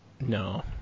No